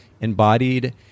embodied